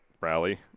rally